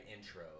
intro